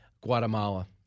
Guatemala